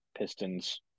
Pistons